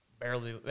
barely